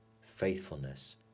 faithfulness